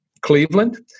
Cleveland